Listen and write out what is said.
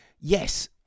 yes